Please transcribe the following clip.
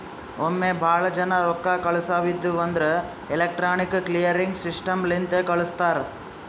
ಒಮ್ಮೆ ಭಾಳ ಜನಾ ರೊಕ್ಕಾ ಕಳ್ಸವ್ ಇದ್ಧಿವ್ ಅಂದುರ್ ಎಲೆಕ್ಟ್ರಾನಿಕ್ ಕ್ಲಿಯರಿಂಗ್ ಸಿಸ್ಟಮ್ ಲಿಂತೆ ಕಳುಸ್ತಾರ್